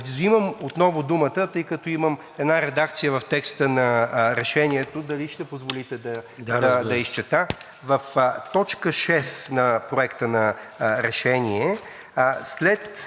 В т. 6 на Проекта на решение, в края на първото изречение махаме точката и дописваме: